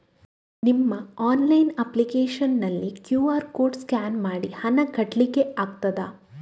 ನಿಮ್ಮ online application ನಲ್ಲಿ QR code scan ಮಾಡಿ ಹಣ ಕಟ್ಲಿಕೆ ಆಗ್ತದ?